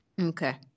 Okay